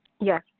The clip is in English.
Yes